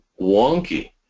wonky